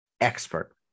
expert